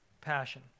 Passion